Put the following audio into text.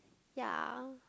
ya